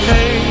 Hey